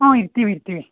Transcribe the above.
ಹೂಂ ಇರ್ತೀವಿ ಇರ್ತೀವಿ